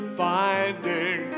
finding